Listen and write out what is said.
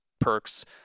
perks